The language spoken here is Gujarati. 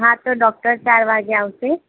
હા તો ડૉક્ટર ચાર વાગ્યે આવશે